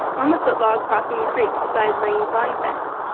on the foot-log crossing the creek beside lang's line fence.